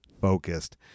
focused